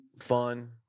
fun